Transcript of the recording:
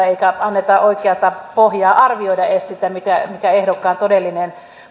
eikä anneta oikeata pohjaa arvioida edes sitä mikä ehdokkaan todellinen